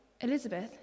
Elizabeth